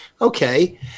okay